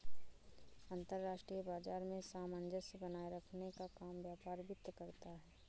अंतर्राष्ट्रीय बाजार में सामंजस्य बनाये रखने का काम व्यापार वित्त करता है